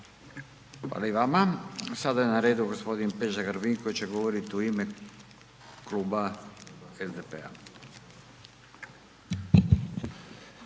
Hvala vam